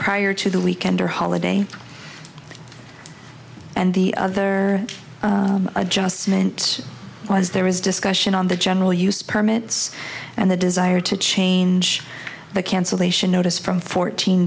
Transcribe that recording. prior to the weekend or holiday and the other adjustment was there is discussion on the general use permits and the desire to change the cancellation notice from fourteen